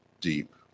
deep